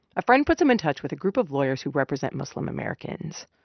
a friend puts him in touch with a group of lawyers who represent muslim-americans.